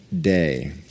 day